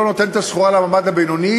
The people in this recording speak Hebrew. שלא נותנת את הסחורה למעמד הבינוני